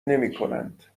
نمیکنند